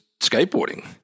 skateboarding